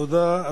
תודה,